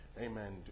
Amen